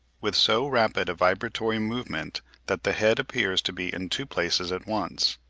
with so rapid a vibratory movement that the head appears to be in two places at once.